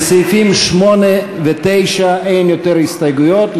לסעיפים 8 ו-9 אין יותר הסתייגויות,